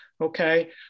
okay